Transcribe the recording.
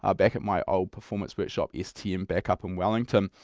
ah back at my old performance workshop stm back up in wellington.